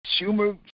Schumer